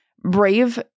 brave